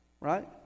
right